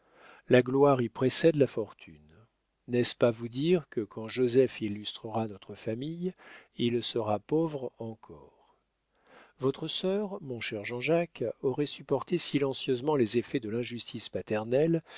la gloire y précède la fortune n'est-ce pas vous dire que quand joseph illustrera notre famille il sera pauvre encore votre sœur mon cher jean-jacques aurait supporté silencieusement les effets de l'injustice paternelle